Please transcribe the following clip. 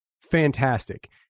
Fantastic